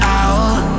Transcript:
out